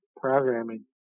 programming